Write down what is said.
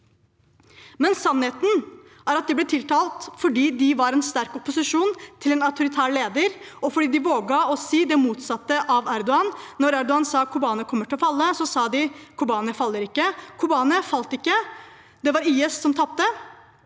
Sannheten er at de ble tiltalt fordi de var en sterk opposisjon til en autoritær leder, og fordi de våget å si det motsatte av Erdogan. Når Erdogan sa at Kobane kommer til å falle, sa de «Kobane faller ikke». Kobane falt ikke. Det var IS som tapte,